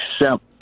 accept